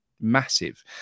massive